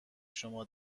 شما